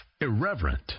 irreverent